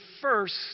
first